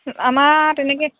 আমাৰ তেনেকৈ